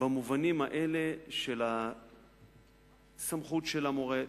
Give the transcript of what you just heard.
במובנים האלה של הסמכות של המורה,